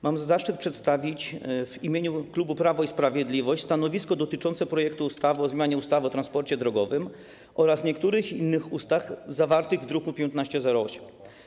Mam zaszczyt przedstawić w imieniu klubu Prawo i Sprawiedliwość stanowisko dotyczące projektu ustawy o zmianie ustawy o transporcie drogowym oraz niektórych innych ustaw zawartego w druku nr 1508.